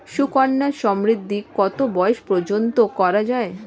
সুকন্যা সমৃদ্ধী কত বয়স পর্যন্ত করা যায়?